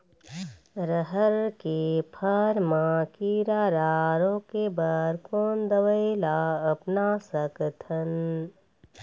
रहर के फर मा किरा रा रोके बर कोन दवई ला अपना सकथन?